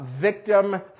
victim